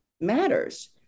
matters